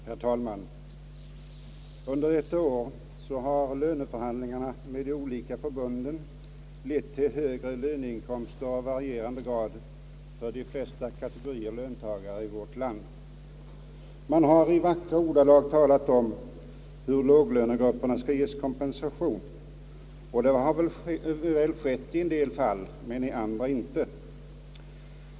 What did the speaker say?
Herr talman! Under detta år har löneförhandlingarna med de olika förbunden lett till högre löneinkomster av varierande grad för de flesta kategorier löntagare i vårt land. Man har i vackra ordalag talat om hur låglönegrupperna skall ges kompensation, och det har väl skett i en del fall och i andra inte.